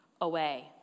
away